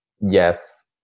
yes